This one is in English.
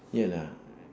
ya lah